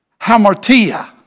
hamartia